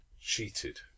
cheated